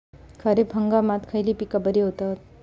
खरीप हंगामात खयली पीका बरी होतत?